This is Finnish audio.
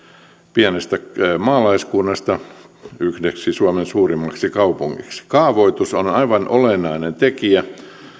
pienestä maalaiskunnasta yhdeksi suomen suurimmista kaupungeista kaavoitus on on aivan olennainen tekijä